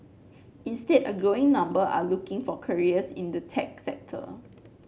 instead a growing number are looking for careers in the tech sector